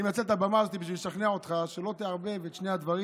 אני מנצל את הבמה הזאת בשביל לשכנע אותך שלא תערבב את שני הדברים.